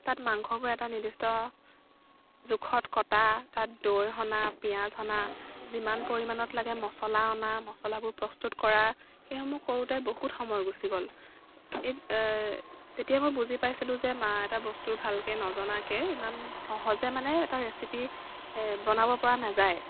তাত মাংসবোৰ এটা নিৰ্দিষ্ট জোখত কটা তাত দৈ সনা পিঁয়াজ সনা যিমান পৰিমাণত লাগে মচলা সনা মচলাবোৰ প্ৰস্তুত কৰা সেইসমূহ কৰোঁতে বহুত সময় গুচি গ'ল এই তেতিয়া মই বুজি পাইছিলোঁ যে মা এটা বস্তু ভালকৈ নজনাকৈ ইমান সহজে মানে এটা ৰেচিপি বনাব পৰা নাযায়